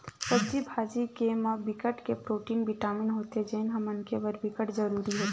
सब्जी भाजी के म बिकट के प्रोटीन, बिटामिन होथे जेन ह मनखे बर बिकट जरूरी होथे